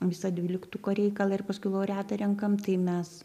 visą dvyliktuko reikalą ir paskui laureatą renkam tai mes